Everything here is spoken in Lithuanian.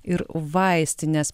ir vaistines